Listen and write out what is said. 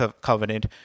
covenant